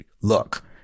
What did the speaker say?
look